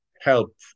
help